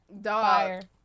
Dog